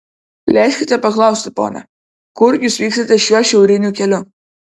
leiskite paklausti pone kur jūs vykstate šiuo šiauriniu keliu